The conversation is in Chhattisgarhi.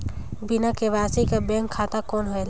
बिना के.वाई.सी कर बैंक खाता कौन होएल?